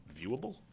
viewable